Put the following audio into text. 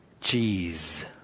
cheese